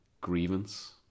grievance